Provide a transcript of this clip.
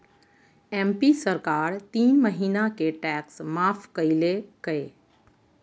MP सरकार तीन महीना के टैक्स माफ कइल कय